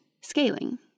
Scaling